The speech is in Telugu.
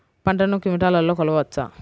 పంటను క్వింటాల్లలో కొలవచ్చా?